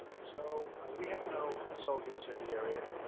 so, we have no soldiers in the area.